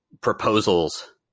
proposals